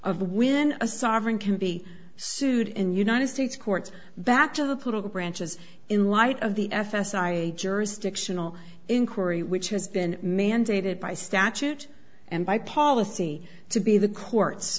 of when a sovereign can be sued in united states courts back to the political branches in light of the f s a jurisdictional inquiry which has been mandated by statute and by policy to be the courts